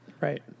Right